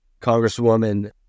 Congresswoman